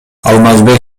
алмазбек